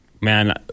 man